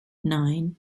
nine